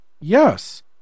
Yes